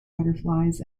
butterflies